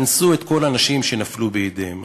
אנסו את כל הנשים שנפלו בידיהם.